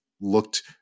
looked